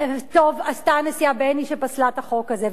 טוב עשתה הנשיאה בייניש שפסלה את החוק הזה,